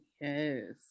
Yes